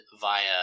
via